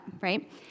Right